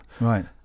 Right